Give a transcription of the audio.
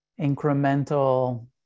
incremental